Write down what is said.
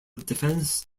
defense